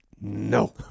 No